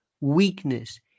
weakness